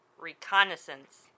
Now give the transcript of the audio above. Reconnaissance